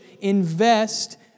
invest